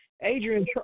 Adrian